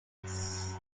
news